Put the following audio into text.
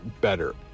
better